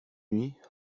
nuits